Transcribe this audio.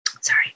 Sorry